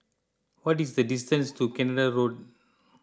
what is the distance to Canada Road